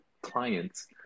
clients